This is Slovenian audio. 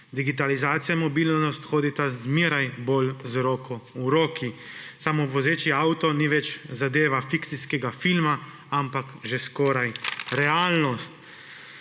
Digitalizacija in mobilnost hodita zmeraj bolj z roko v roki. Samo vozeči avto ni več zadeva fikcijskega filma, ampak že skoraj realnost.